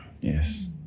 yes